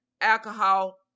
alcohol